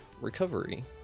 recovery